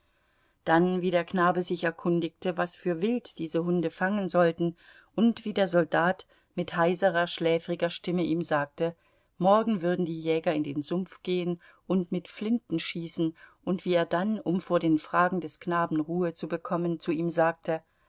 dann wie der knabe sich erkundigte was für wild diese hunde fangen sollten und wie der soldat mit heiserer schläfriger stimme ihm sagte morgen würden die jäger in den sumpf gehen und mit flinten schießen und wie er dann um vor den fragen des knaben ruhe zu bekommen zu ihm sagte